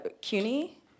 CUNY